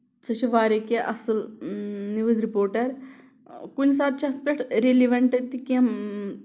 سُہ چھُ واریاہ کیٚنٛہہ اَصٕل نِؤز رِپوٹر کُنہِ ساتہٕ چھ اتھ پٮ۪ٹھ ریٚلویٚنٹ کیٚنٛہہ